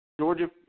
Georgia